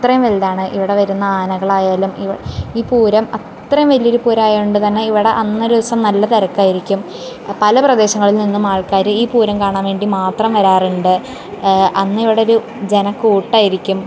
വലുതാണ് ഇവിടെ വരുന്ന ആനകളായാലും ഈ പൂരം അത്രയും വലിയൊരു പൂരം ആയതുകൊണ്ട് തന്നെ ഇവിടെ അന്നൊരു ദിവസം നല്ല തിരക്ക് ആയിരിക്കും പല പ്രദേശങ്ങളിൽ നിന്നും ആൾക്കാര് ഈ പൂരം കാണാൻ വേണ്ടി മാത്രം വരാറുണ്ട് അന്ന് ഇവിടൊരു ജനക്കൂട്ടമായിരിക്കും